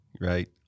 right